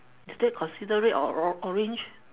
is that consider red or or~ orange